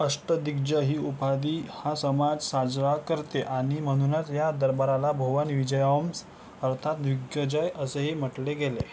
अष्टदिग्ज ही उपाधी हा समाज साजरा करते आणि म्हणूनच या दरबाराला भोवन विजयमस अर्थात दिग्गजय असेही म्हटले गेले